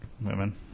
Women